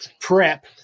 prep